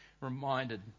reminded